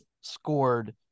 scored